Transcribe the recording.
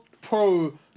pro